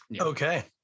Okay